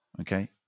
okay